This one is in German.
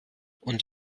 und